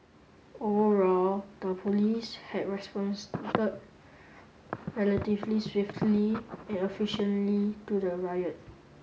overall the police had responded relatively swiftly and efficiently to the riot